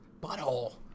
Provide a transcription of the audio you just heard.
Butthole